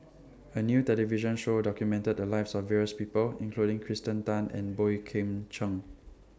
A New television Show documented The Lives of various People including Kirsten Tan and Boey Kim Cheng